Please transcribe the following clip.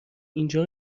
اینجا